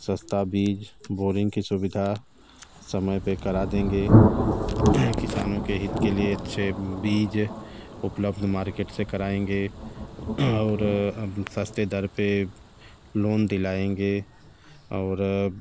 सस्ता बीज बोरिंग की सुविधा समय पर करा देंगे किसानों के हित के लिए अच्छे बीज उपलब्ध मार्केट से कराएंगे और सस्ते दर पर लोन दिलाएंगे और